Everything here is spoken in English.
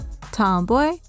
Tomboy